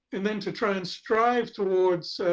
and then to try and strive towards